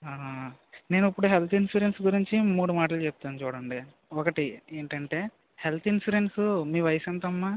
ఆహా నేను ఇప్పుడు హెల్త్ ఇన్సూరెన్స్ గురించి మూడు మాటలు చెప్తాను చూడండి ఒకటి ఏంటంటే హెల్త్ ఇన్సూరెన్సు మీ వయసు ఎంత అమ్మ